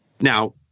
Now